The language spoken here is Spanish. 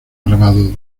grabado